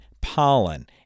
pollen